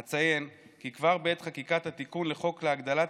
אציין כי כבר בעת חקיקת התיקון לחוק להגדלת